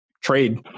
trade